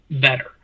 better